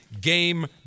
Game